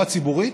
בתחבורה ציבורית,